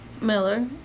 Miller